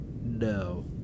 no